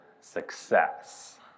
success